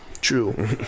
true